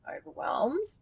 overwhelmed